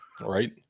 Right